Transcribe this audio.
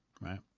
Right